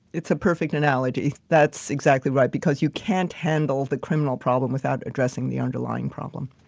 it's a perfect analogy. that's exactly right, because you can't handle the criminal problem without addressing the underlying problem.